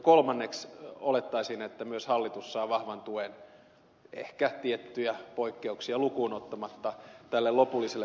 kolmanneksi olettaisin että myös hallitus saa vahvan tuen ehkä tiettyjä poikkeuksia lukuun ottamatta tälle lopulliselle päätökselle